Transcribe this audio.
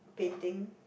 painting